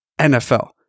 NFL